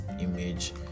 image